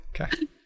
okay